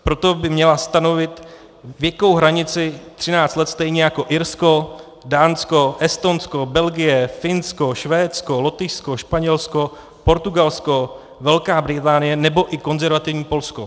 Proto by měla stanovit věkovou hranici 13 let stejně jako Irsko, Dánsko, Estonsko, Belgie, Finsko, Švédsko, Lotyšsko, Španělsko, Portugalsko, Velká Británie nebo i konzervativní Polsko.